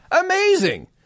Amazing